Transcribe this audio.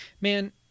man